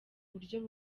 buryo